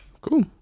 Cool